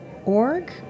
org